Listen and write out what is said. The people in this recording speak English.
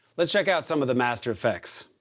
let's check out some of the master effects,